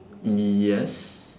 yes